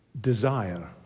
desire